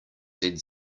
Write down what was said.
said